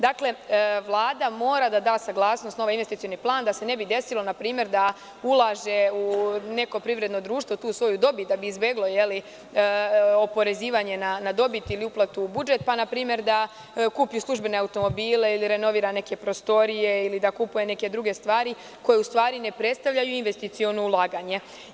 Dakle, Vlada mora da da saglasnost na ovaj investicioni plan, da se ne bi desilo npr. da neko privredno društvo tu svoju dobit ulaže, kako bi izbeglo oporezivanje na dobit ili uplatu na budžet, pa npr. da kupi službene automobile ili renovira neke prostorije, ili da kupuje neke druge stvari, koje u stvari ne predstavljaju investiciono ulaganje.